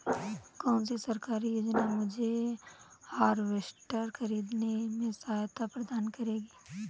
कौन सी सरकारी योजना मुझे हार्वेस्टर ख़रीदने में सहायता प्रदान करेगी?